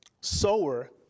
sower